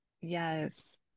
yes